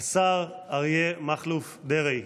על ההצהרה) השר אריה מכלוף דרעי.